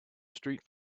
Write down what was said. street